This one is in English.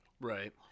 right